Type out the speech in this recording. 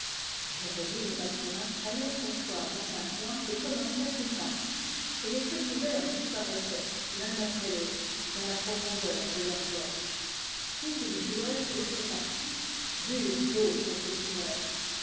et mathurin allèrent s'asseoir dans un coin et commencèrent une partie et les petits verres disparaissaient l'un après l'autre dans la profondeur de leurs gorges puis ils jouèrent d'autres parties burent d'autres petits verres